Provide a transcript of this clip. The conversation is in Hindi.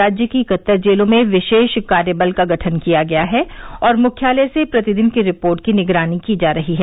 राज्य की इकहत्तर जेलों में विशेष कार्य बल का गठन किया गया है और मुख्यालय से प्रतिदिन की रिपोर्ट की निगरानी की जा रही है